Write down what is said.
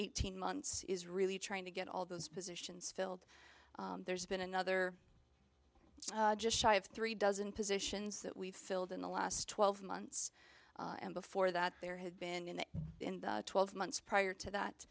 eighteen months is really trying to get all those positions filled there's been another it's just shy of three dozen positions that we've filled in the last twelve months and before that there had been in the twelve months prior to that